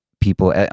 people